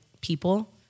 people